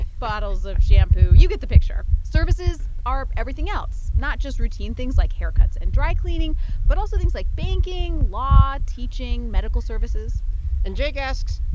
bottles of shampoo. you get the picture. services are everything else not just routine things like haircuts and dry cleaning but also things like banking, law, teaching, medical services and jake asks,